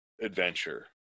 adventure